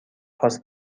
خواست